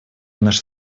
наша